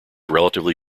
relatively